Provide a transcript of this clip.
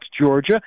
Georgia